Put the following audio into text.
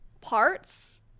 parts